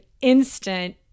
instant